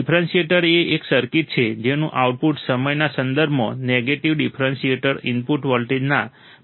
differentiator એ એક circuit છે જેનું આઉટપુટ સમયના સંદર્ભમાં નેગેટિવ ડિફરન્શિએટર ઇનપુટ વોલ્ટેજના પ્રમાણસર છે